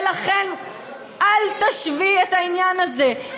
ולכן אל תשווי את העניין הזה.